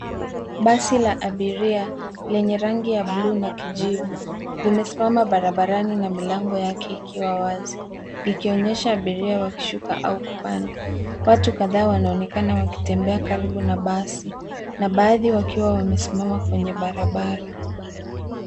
Basi la abiria lenye rangi ya blue na kijivu, limesimama barabarani, na milango yake ikiwa wazi, likionyesha abiria wakishuka au kupanda. Watu kadhaa wanaonekana wakitembea karibu na basi, na baadhi wakiwa wamesimama kwenye barabara.